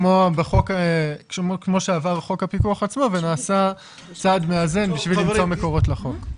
כמו שעבר חוק הפיקוח עצמו ונעשה צעד מאזן בשביל למצוא מקורות לחוק.